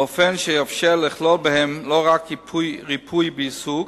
באופן שיאפשר לכלול בהן לא רק ריפוי בעיסוק,